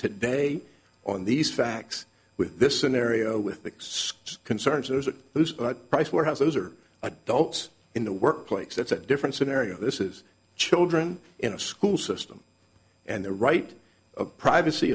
today on these facts with this scenario with the concerns are those pricewaterhouse those are adults in the workplace that's a different scenario this is children in a school system and the right of privacy